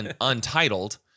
untitled